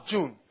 June